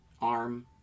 arm